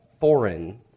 foreign